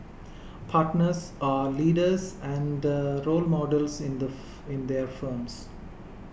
partners are leaders and role models in the in their firms